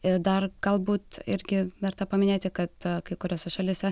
ir dar galbūt irgi verta paminėti kad kai kuriose šalyse